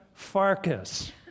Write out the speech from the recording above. Farkas